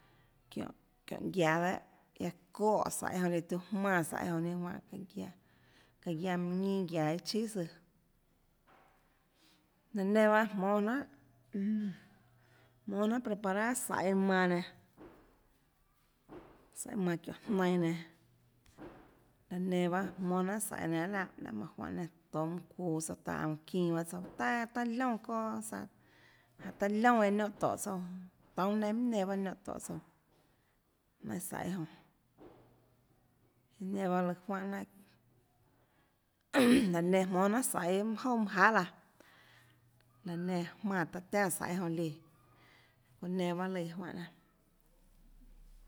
Çiónhå çiónhå guiaå dehâ guiaâ çoè saiê jonã tiuã jmánã saiê jonã líã ninâ juáhãçaã guiánhã minã ñinâ guiaå iâ chíà søãlaã nenã bahâ jmónâ jnanhàjmónâ jnanhà preparar saiê manã nenã saiê manã çiónhå jnainã nenãlaã nenã bahâ jmónâ jnanhàsaiê nenã lahâ lahâ mánhå juanê jnanà nenã tohå manã çuuå souãtohå aunå çinã bahâ tsouãtaã taã liónã cosa taã liónã eã niónhå tóhå tsouã toúnâ neinã minhà nenã niónhã tóhå tsouãnainhå saiê jonãiã enã bahâ lù juánhã jnanà laã nenã jmónâ jnanhà saiê iâ jouà manâ jahà laãlaã nenã mánã taã tiánã saiê jonã líã çounã nenâ pahâ lùã iã juánhã jnanà